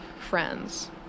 friends